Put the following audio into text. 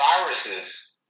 viruses